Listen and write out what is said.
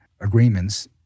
agreements –